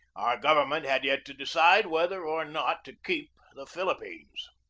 our govern ment had yet to decide whether or not to keep the philippines.